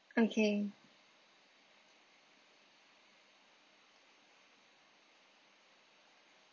okay